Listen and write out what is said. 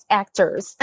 actors